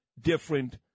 different